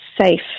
safe